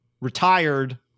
retired